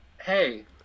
Hey